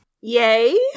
Yay